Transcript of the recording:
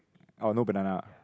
oh no banana